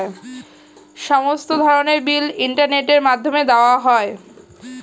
সমস্ত ধরনের বিল ইন্টারনেটের মাধ্যমে দেওয়া যায়